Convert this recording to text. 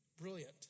Brilliant